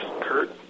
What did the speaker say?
Kurt